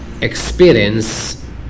experience